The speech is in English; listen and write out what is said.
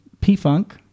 P-Funk